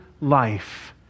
life